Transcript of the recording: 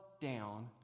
down